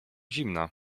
zimna